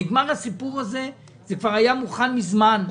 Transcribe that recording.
נגמר הסיפור הזה, זה כבר היה מוכן מזמן,